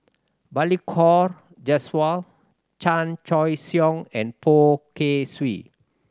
Balli Kaur Jaswal Chan Choy Siong and Poh Kay Swee